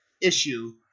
issue